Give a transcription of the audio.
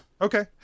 Okay